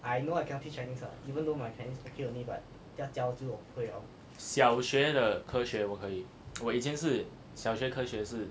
小学的科学我可以我以前是小学科学是